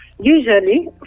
Usually